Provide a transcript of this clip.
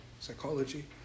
psychology